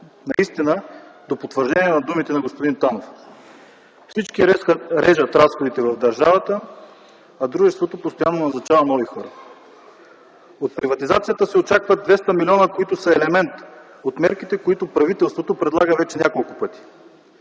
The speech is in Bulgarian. наистина до потвърждение на думите на господин Танов – всички режат разходите в държавата, а дружеството постоянно назначава нови хора. От приватизацията се очакват 200 млн., които са елемент от мерките, които правителството предлага вече няколко пъти.